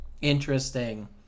Interesting